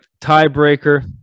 tiebreaker